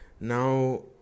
now